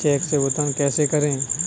Check से भुगतान कैसे करें?